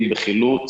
אם בחילוץ,